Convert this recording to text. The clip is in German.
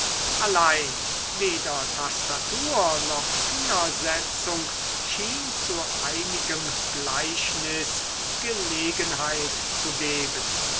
allein weder tastatur noch fingersetzung schien zu einigem gleichnis gelegenheit zu geben